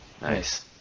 Nice